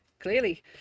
Clearly